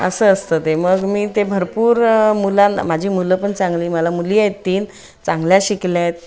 असं असतं ते मग मी ते भरपूर मुलं माझी मुलं पण चांगली मला मुली आहेत तीन चांगल्या शिकल्या आहेत